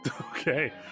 okay